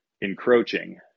encroaching